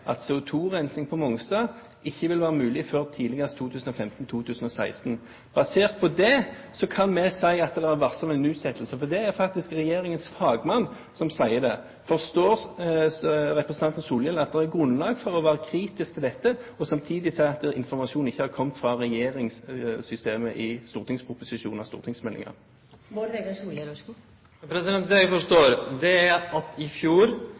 at CO2-rensing på Mongstad ikke ville være mulig før tidligst 2015–2016. Basert på det kan vi si at det var varslet om en utsettelse, for det er faktisk regjeringens fagmann som sier det. Forstår representanten Solhjell at det er grunnlag for å være kritisk til dette, og samtidig si at informasjonen ikke har kommet fra regjeringssystemet i stortingsproposisjoner eller stortingsmeldinger? Det eg forstår, er at i fjor kom det mange faglege bidrag frå forskjellige kjelder som på ulike måtar understreka at